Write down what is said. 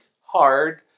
hard